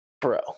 bro